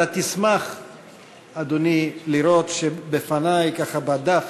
אתה תשמח, אדוני, לראות שבפני ככה, בדף,